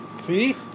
See